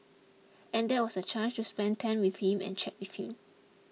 and that was a chance to spend time with him and chat with him